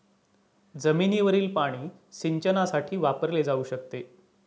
जमिनीवरील पाणी सिंचनासाठी वापरले जाऊ शकते